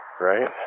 Right